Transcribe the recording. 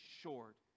short